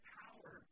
power